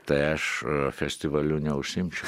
tai aš festivaliu neužsiimčiau